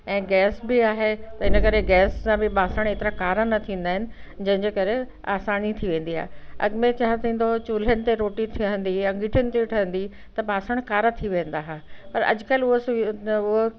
ऐं गैस बि आहे त हिन करे गैस सां बि ॿासण हेतिरा कारा न थींदा आहिनि जंहिंजे करे आसानी थी वेंदी आहे अॻु में छा थींदो चूलहनि ते रोटी थियंदी अंगिठनि ते ठहंदी त ॿासण कारा थी वेंदा हुआ पर अॼुकल्ह उहो सुविधाऊं